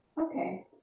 Okay